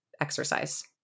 exercise